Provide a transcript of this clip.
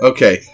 Okay